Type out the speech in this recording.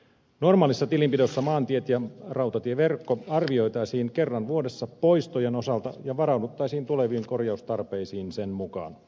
normaalissa tilinpidossa maantiet ja rautatieverkko arvioitaisiin kerran vuodessa poistojen osalta ja varauduttaisiin tuleviin korjaustarpeisiin sen mukaan